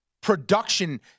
production